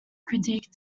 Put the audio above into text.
critique